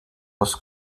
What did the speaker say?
was